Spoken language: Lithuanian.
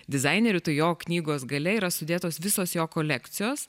dizainerių tai jo knygos gale yra sudėtos visos jo kolekcijos